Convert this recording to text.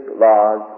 laws